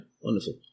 Wonderful